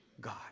God